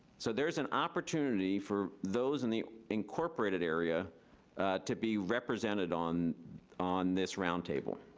so there's an opportunity for those in the incorporated area to be represented on on this roundtable.